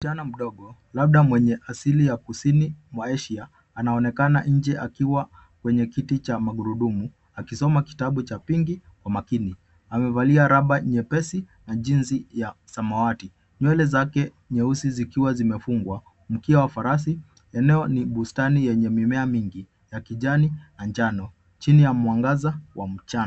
Msichana mdogo labda mwenye asili ya kusini mwa Asia anaonekana nje akiwa kwenye kiti cha magarudumu akisoma kitabu cha pinki kwa makini. Amevalia raba nyepesi na jinsi ya samawati. Nywele zake nyeusi zikiwa zimefungwa mkiia wa farasi. Eneo ni bustani yenye mimea mingi ya kijani na njano chini ya mwangaza wa mchana.